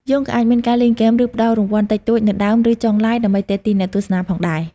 យើងក៏អាចមានការលេងល្បែង ឬផ្តល់រង្វាន់តិចតួចនៅដើម ឫ ចុងLive ដើម្បីទាក់ទាញអ្នកទស្សនាផងដែរ។